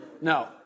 No